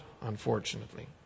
unfortunately